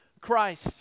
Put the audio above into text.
Christ